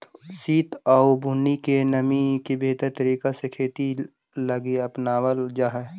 सित आउ बुन्नी के नमी के बेहतर तरीका से खेती लागी अपनाबल जा हई